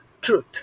truth